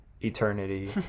eternity